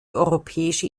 europäische